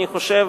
אני חושב,